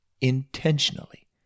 intentionally